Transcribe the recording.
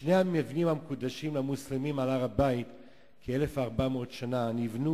שני המבנים המקודשים למוסלמים על הר-הבית כ-1,400 שנה נבנו